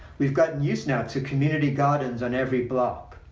we've got used now to community gardens on every block,